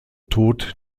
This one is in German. tod